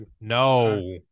No